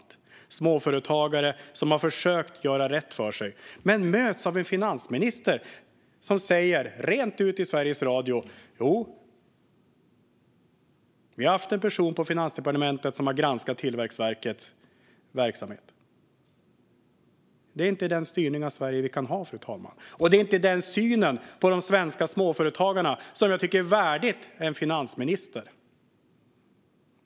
Det är småföretagare som har försökt att göra rätt för sig men som möts av en finansminister som säger rakt ut i Sveriges Radio: Jo, vi har haft en person på Finansdepartementet som har granskat Tillväxtverkets verksamhet. Fru talman! Vi kan inte ha denna styrning av Sverige, och den synen på de svenska småföretagarna är inte värdig en finansminister.